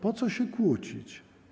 Po co się kłócić?